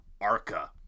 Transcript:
Arca